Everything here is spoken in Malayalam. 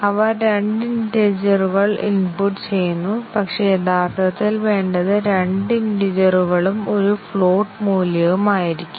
അവർ 2 ഇന്റീജറുകൾ ഇൻപുട്ട് ചെയ്യുന്നു പക്ഷേ യഥാർത്ഥത്തിൽ വേണ്ടത് 2 ഇന്റീജറുകളും ഒരു ഫ്ലോട്ട് മൂല്യവും ആയിരിക്കും